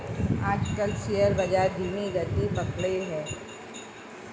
आजकल शेयर बाजार धीमी गति पकड़े हैं